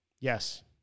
Yes